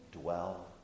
dwell